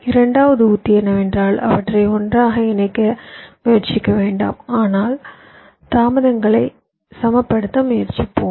இரண்டாவது உத்தி என்னவென்றால் அவற்றை ஒன்றாக இணைக்க முயற்சிக்க வேண்டாம் ஆனால் தாமதங்களை சமப்படுத்த முயற்சிப்போம்